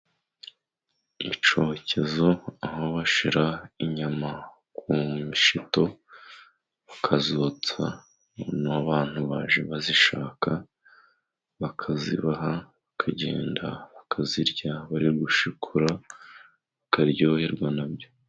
Icyokezo aho bashyira inyama ku mishito ukazotsa ,n' abantu baje bazishaka bakazibaha bakagenda bakazirya bari gushikura bakaryoherwa na byo.